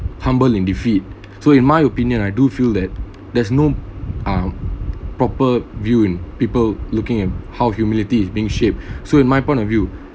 humbling defeat so in my opinion I do feel that there's no uh proper view in people looking at how humility is being shaped so in my point of view